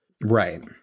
Right